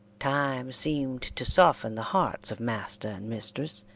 time seemed to soften the hearts of master and mistress,